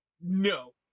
No